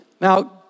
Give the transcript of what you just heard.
Now